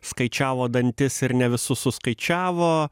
skaičiavo dantis ir ne visus suskaičiavo